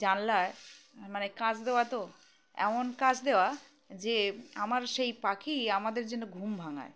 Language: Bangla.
জানলায় মানে কাচ দেওয়া তো এমন কাচ দেওয়া যে আমার সেই পাখি আমাদের যেন ঘুম ভাঙায়